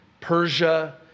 Persia